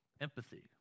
empathy